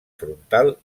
frontal